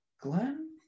Glenn